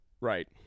Right